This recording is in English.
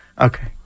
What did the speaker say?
Okay